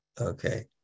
Okay